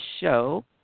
show